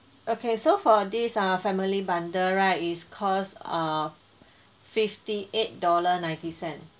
okay so far this uh family bundle right is cost err fifty eight dollar ninety cent